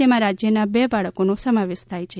જેમાં રાજ્યના બે બાળકોનો સમાવેશ થાય છે